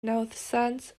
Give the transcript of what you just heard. nawddsant